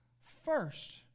First